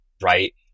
right